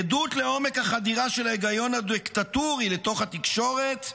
עדות לעומק החדירה של ההיגיון הדיקטטורי לתוך התקשורת,